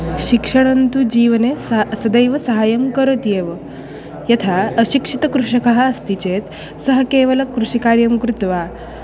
शिक्षणं तु जीवने स सदैव सहायं करोति एव यथा अशिक्षितकृषकः अस्ति चेत् सः केवलकृषिकार्यं कृत्वा